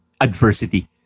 Adversity